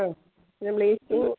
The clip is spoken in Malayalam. ആ പിന്നെ ബ്ലീച്ചിങ്ങും